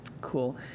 Cool